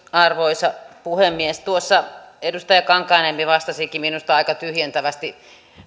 arvoisa puhemies tuossa edustaja kankaanniemi vastasikin minusta aika tyhjentävästi